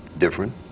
different